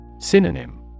Synonym